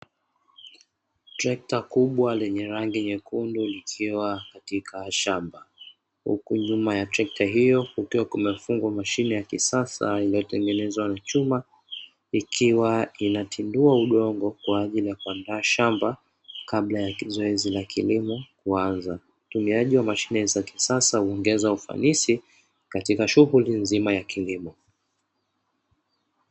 Trekta kubwa lenye rangi nyekundu likiwa katika shamba. Huku nyuma ya trekta hiyo kukiwa kumefungwa mashine ya kisasa iliyotengenezwa na chuma, ikiwa inatindua udongo kwa ajili ya kuandaa shamba kabla ya zoezi la kilimo kuanza. Utumiaji wa mashine za kisasa huongeza ufanisi katika shughuli nzima ya kilimo.